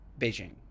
Beijing